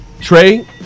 Trey